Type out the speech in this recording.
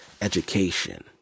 Education